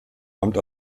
amt